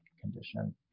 condition